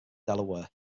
delaware